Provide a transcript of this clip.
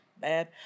Bad